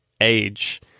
age